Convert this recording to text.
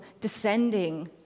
descending